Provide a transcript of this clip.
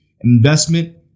Investment